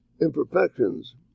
imperfections